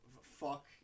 fuck